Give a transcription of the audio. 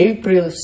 April